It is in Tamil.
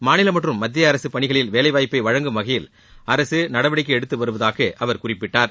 மாநில மற்றும் மத்திய அரசு பணிகளில் வேலைவாய்ப்பை வழங்கும் வகையில் அரசு நடவடிக்கை எடுத்துவருவதாக அவர் குறிப்பிட்டார்